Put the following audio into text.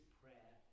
prayer